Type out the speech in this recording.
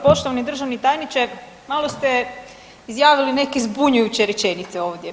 Poštovani državni tajniče malo ste izjavili neke zbunjujuće rečenice ovdje.